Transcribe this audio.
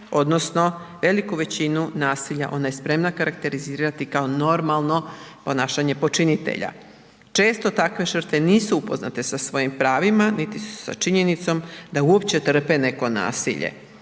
odnosno veliku većinu nasilja ona je spremna karakterizirati kao normalno ponašanje počinitelja. Često takve žrtve nisu upoznate sa svojim pravima niti sa činjenicom da uopće trpe neko nasilje.